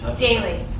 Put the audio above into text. daily.